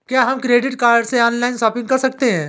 क्या हम credit card से ऑनलाइन शॉपिंग कर सकते हैं?